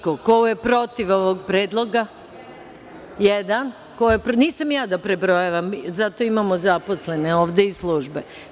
Ko je za? (Niko.) Ko je protiv ovog predloga? (Jedan.) Nisam ja da prebrojavam, za to imamo zaposlene ovde i službe.